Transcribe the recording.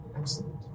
Excellent